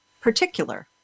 particular